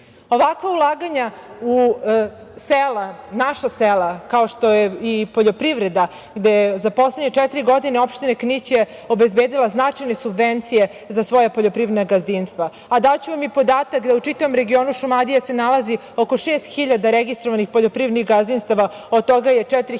Ovakva ulaganja u sela, naša sela, kao što je i poljoprivreda, gde je za poslednje četiri godine opština Knić obezbedila značajne subvencije za svoja poljoprivredna gazdinstva. Daću vam i podatak da u čitavom regionu Šumadije se nalazi oko 6.000 registrovanih poljoprivrednih gazdinstava, od toga je 4.000 u